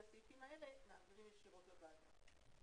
הסעיפים הלאה מעבירים ישירות לוועדה.